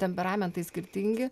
temperamentai skirtingi